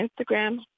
instagram